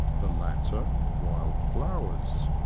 the latter wild flowers.